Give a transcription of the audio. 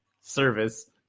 service